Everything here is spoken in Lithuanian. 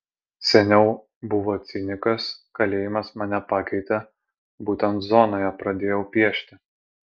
seniau buvau cinikas kalėjimas mane pakeitė būtent zonoje pradėjau piešti